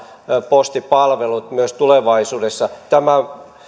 postipalvelut myös tulevaisuudessa tämä